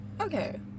Okay